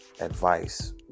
advice